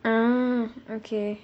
ah okay